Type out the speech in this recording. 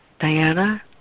Diana